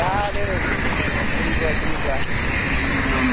जादों सोरनिबा सोरनिबा